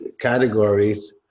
categories